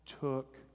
took